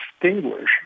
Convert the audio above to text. distinguish